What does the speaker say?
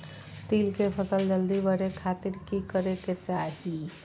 तिल के फसल जल्दी बड़े खातिर की करे के चाही?